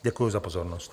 Děkuji za pozornost.